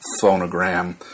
Phonogram